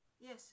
Yes